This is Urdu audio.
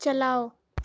چلاؤ